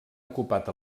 ocupat